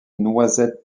noisette